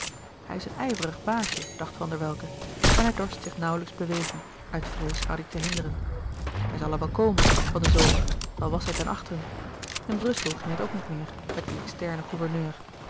hij is een ijverig baasje dacht van der welcke en hij dorst zich nauwlijks bewegen uit vrees addy te hinderen hij zal er wel komen van den zomer al was hij ten achteren in brussel ging het ook niet meer met dien externe gouverneur